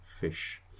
fish